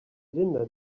linda